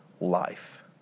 life